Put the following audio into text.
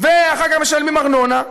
ואחר כך משלמים ארנונה,